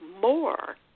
more